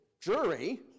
Jury